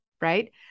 right